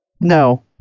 No